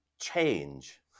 Change